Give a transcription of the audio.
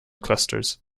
clusters